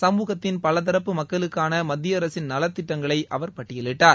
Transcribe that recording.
சமூகத்தின் பலதரப்பு மக்களுக்கான மத்திய அரசின் நலத் திட்டங்களை அவர் பட்டியலிட்டார்